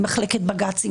עם מחלקת בג"צים,